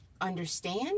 understand